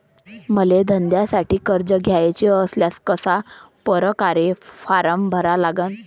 मले धंद्यासाठी कर्ज घ्याचे असल्यास कशा परकारे फारम भरा लागन?